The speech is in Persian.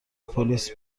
پلیس